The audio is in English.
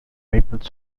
maple